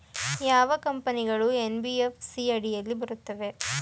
ಯಾವ ಕಂಪನಿಗಳು ಎನ್.ಬಿ.ಎಫ್.ಸಿ ಅಡಿಯಲ್ಲಿ ಬರುತ್ತವೆ?